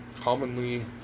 commonly